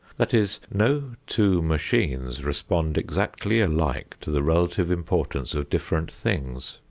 that is, no two machines respond exactly alike to the relative importance of different things.